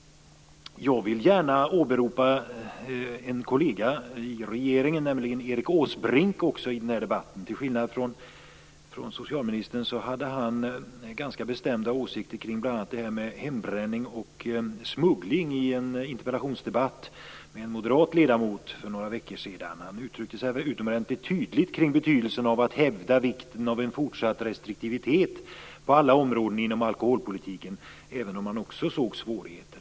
Jag vill gärna i den här debatten åberopa en kollega till socialministern i regeringen, nämligen Erik Åsbrink. Till skillnad från socialministern hade han ganska bestämda åsikter kring bl.a. detta med hembränning och smuggling i en interpellationsdebatt med en moderat ledamot för några veckor sedan. Han uttryckte sig utomordentligt tydligt kring betydelsen av att hävda vikten av en fortsatt restriktivitet på alla områden inom alkoholpolitiken, även om han också såg svårigheter.